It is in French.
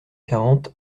quarante